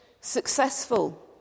successful